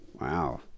wow